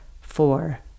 four